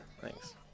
Thanks